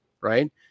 right